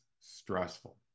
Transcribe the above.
stressful